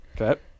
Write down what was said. Okay